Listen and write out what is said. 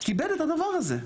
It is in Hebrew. כיבד את הדבר הזה,